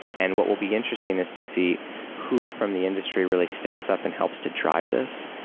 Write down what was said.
and what will be interesting is to see who from the industry really steps up and helps to drive this.